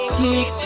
keep